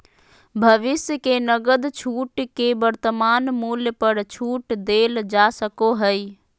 भविष्य के नकद छूट के वर्तमान मूल्य पर छूट देल जा सको हइ